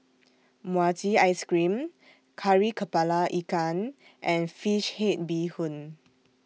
Mochi Ice Cream Kari Kepala Ikan and Fish Head Bee Hoon